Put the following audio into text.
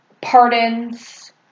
pardons